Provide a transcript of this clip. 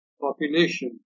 population